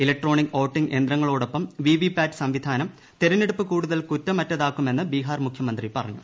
electronic voting യന്ത്രങ്ങളോടൊപ്പം V V PAT സംവിധാനം തെരഞ്ഞെടുപ്പ് കൂടുതൽ കുറ്റമറ്റതാക്കുമെന്ന് ബിഹാർ മുഖ്യമന്ത്രി പറഞ്ഞു